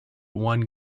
one